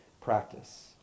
practice